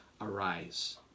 Arise